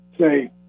say